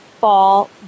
fall